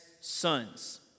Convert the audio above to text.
sons